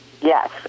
yes